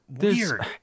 weird